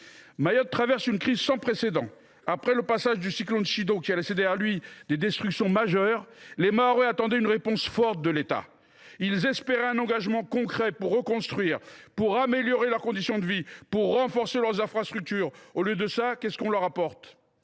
Mayotte traverse une crise sans précédent. Après le passage du cyclone Chido, à l’origine de destructions majeures, les Mahorais attendaient une réponse forte de l’État. Ils espéraient un engagement concret pour reconstruire, améliorer leurs conditions de vie, renforcer leurs infrastructures. Au lieu de cela, quelle réponse leur apporte t